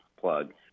plug